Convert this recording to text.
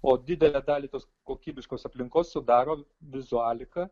o didelę dalį tos kokybiškos aplinkos sudaro vizualika